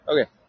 Okay